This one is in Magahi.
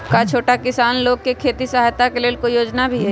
का छोटा किसान लोग के खेती सहायता के लेंल कोई योजना भी हई?